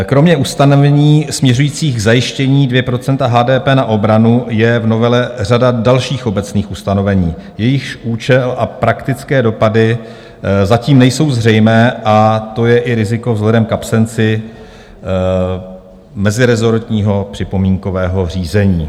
Kromě ustanovení směřujících k zajištění 2 % HDP na obranu je v novele řada dalších obecných ustanovení, jejichž účel a praktické dopady zatím nejsou zřejmé, a to je i riziko vzhledem k absenci mezirezortního připomínkového řízení.